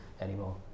anymore